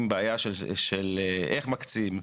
עם בעיה של איך מקצים,